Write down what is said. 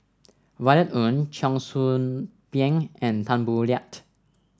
Violet Oon Cheong Soo Pieng and Tan Boo Liat